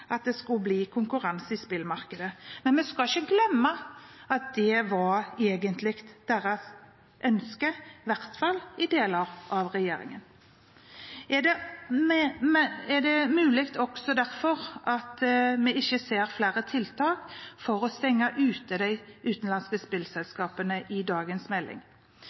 at det skulle bli konkurranse i spillmarkedet, men vi skal ikke glemme at dette egentlig var deres ønske, i hvert fall i deler av regjeringen. Det er muligens også derfor vi ikke ser flere tiltak i dagens melding for å stenge ute de utenlandske spillselskapene.